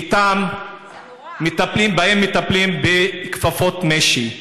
בהם מטפלים בכפפות משי.